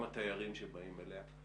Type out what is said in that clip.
גם התיירים שבאים אליה.